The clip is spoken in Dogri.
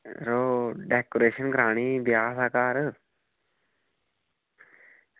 ओह् डेकोरेशन करानी ही ब्याह् हा घर